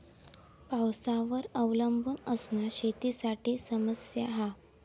पावसावर अवलंबून असना शेतीसाठी समस्या हा